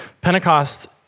Pentecost